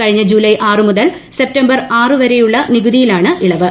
കഴിഞ്ഞ ജൂലൈ േ മുതൽ സെപ്റ്റംബർ ല വരെയുള്ള നികുതിയിലാണ് ഇളപ്പ്